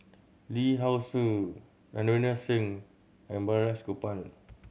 Lee how Ser Ravinder Singh and Balraj Gopal